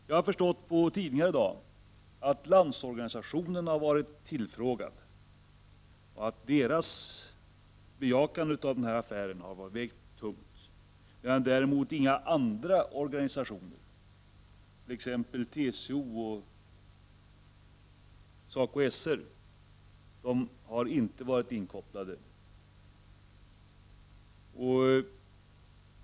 Jag har förstått av dagens tidningar att Landsorganisationen var tillfrågad, och att LO:s godkännande av denna affär har vägt tungt. Däremot har inga andra organisationer, t.ex. TCO och SA CO/SR, varit inkopplade.